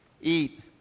Eat